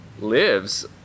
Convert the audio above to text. lives